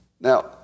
Now